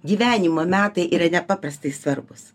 gyvenimo metai yra nepaprastai svarbūs